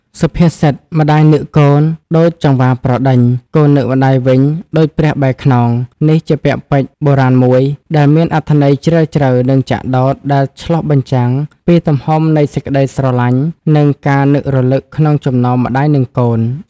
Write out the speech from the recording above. សុភាសិត "ម្ដាយនឹកកូន ដូចចង្វាប្រដេញ កូននឹកម្ដាយវិញដូចព្រះបែរខ្នង" នេះជាពាក្យពេចន៍បុរាណមួយ ដែលមានអត្ថន័យជ្រាលជ្រៅ និងចាក់ដោត ដែលឆ្លុះបញ្ចាំងពីទំហំនៃសេចក្ដីស្រឡាញ់ និងការនឹករលឹកក្នុងចំណោមម្ដាយនិងកូន។